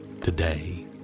today